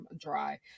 dry